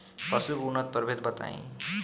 पशु के उन्नत प्रभेद बताई?